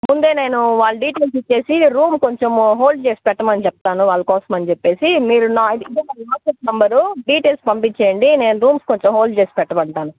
ముందే నేను వాళ్ళ డిటెయిల్స్ ఇచ్చేసి రూము కొంచెం హోల్డ్ చేసి పెట్టమని చెప్తాను వాళ్ళ కోసమని చెప్పేసి మీరు నా వాట్సప్ నంబరు డిటెయిల్స్ పంపించేయండి నేను రూమ్ కొంచెం హోల్డ్ చేసి పెట్టమంటాను